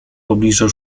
pobliżu